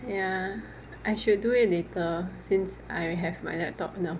ya I should do it later since I have my laptop now